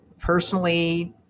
personally